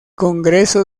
congreso